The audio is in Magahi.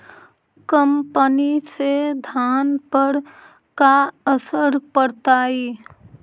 कम पनी से धान पर का असर पड़तायी?